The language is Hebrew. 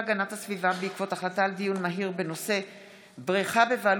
והגנת הסביבה בעקבות דיון מהיר בהצעתם של חברי הכנסת אוסאמה סעדי